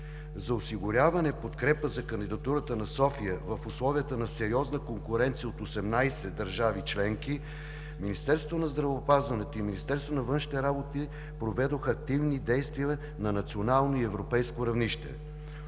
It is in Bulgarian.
За осигуряване подкрепа за кандидатурата на София в условията на сериозна конкуренция от 18 държави членки Министерството на здравеопазването и Министерството на външните работи проведоха активни действия на национално и европейско равнище.